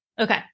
Okay